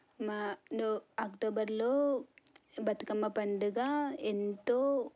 మా ను అక్టోబర్లో బతుకమ్మ పండుగ ఎంతో